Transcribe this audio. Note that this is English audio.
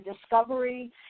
discovery